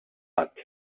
ħadd